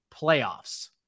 playoffs